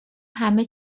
همه